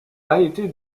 variétés